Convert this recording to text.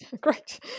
Great